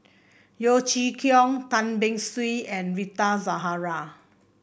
Yeo Chee Kiong Tan Beng Swee and Rita Zahara